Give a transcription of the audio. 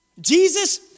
Jesus